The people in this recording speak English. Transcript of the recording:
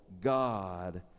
God